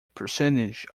percentage